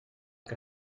que